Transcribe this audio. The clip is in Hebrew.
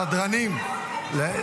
אנחנו באמת רוצים לשמוע מה הלשכה משפטית